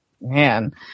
man